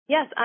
Yes